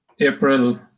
April